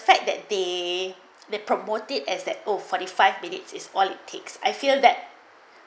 fact that they they promoted as that oh forty five minutes is all it takes I feel that